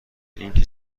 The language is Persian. اینکه